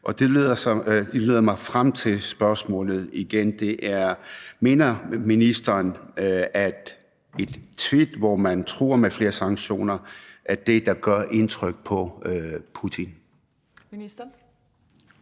og det leder mig igen frem til spørgsmålet: Mener ministeren, at et tweet, hvor man truer med flere sanktioner, er det, der gør indtryk på Putin?